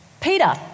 Peter